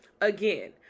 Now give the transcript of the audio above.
Again